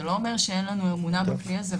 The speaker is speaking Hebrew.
זה לא אומר שאין לנו אמונה בכלי הזה,